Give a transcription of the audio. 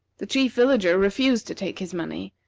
the chief villager refused to take his money,